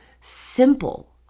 simple